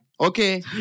Okay